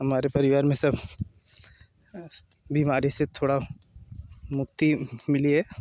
हमारे परिवार में सब अस्त बीमारी से थोड़ा मुक्ति मिली है